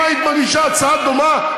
אם היית מגישה הצעה דומה,